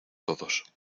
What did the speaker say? todos